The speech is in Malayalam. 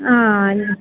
ആ